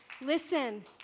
Listen